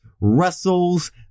wrestles